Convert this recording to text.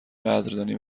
قدردانی